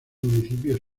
municipio